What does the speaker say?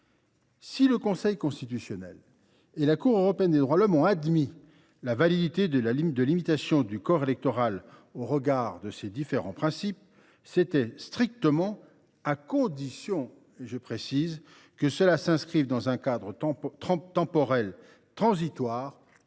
Si le Conseil constitutionnel et la Cour européenne des droits de l’homme ont admis la validité de limitation du corps électoral au regard de ces différents principes, c’était strictement à condition que cela s’inscrive dans un cadre temporel transitoire